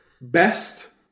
Best